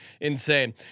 insane